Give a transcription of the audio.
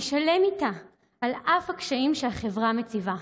אני שלם איתה על אף הקשיים שהחברה מציבה.